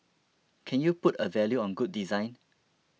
can you put a value on good design